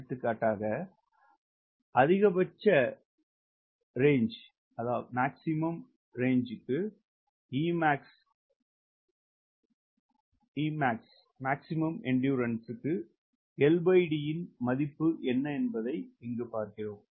எடுத்துக்காட்டாக அதிகபட்ச வரம்பிற்கும் Emax Rmax இக்கு LD இன் மதிப்பு என்ன என்பதைப் பார்க்கிறோம்